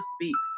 Speaks